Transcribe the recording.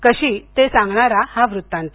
कशी ते सांगणारा हा वृत्तांत